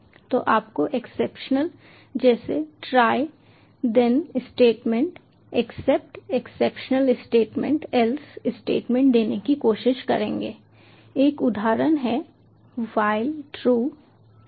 वे आपको एक्सेप्शन जैसे try then statement except exception statement else statement देने की कोशिश करेंगे एक उदाहरण है व्हाइल ट्रू ट्राई